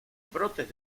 brotes